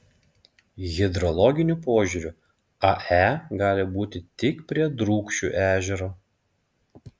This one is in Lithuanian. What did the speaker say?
hidrologiniu požiūriu ae gali būti tik prie drūkšių ežero